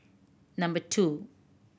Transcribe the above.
number two